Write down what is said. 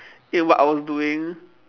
in what I was doing